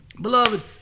Beloved